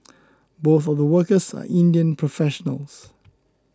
both of the workers are Indian professionals